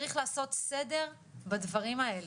צריך לעשות סדר בדברים האלה.